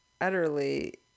utterly